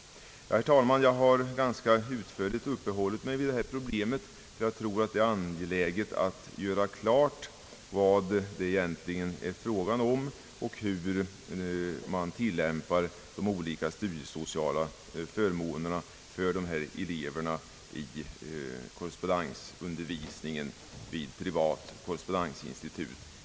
Herr talman! Jag har ganska utförligt uppehållit mig vid detta problem, ty jag tror det är angeläget att göra klart vad det egentligen är fråga om och hur man tillämpar de olika studiesociala förmånerna för eleverna i korrespondensundervisning vid privata korrespondensinstitut.